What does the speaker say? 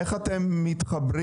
איך אתם מתחברים?